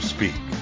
Speak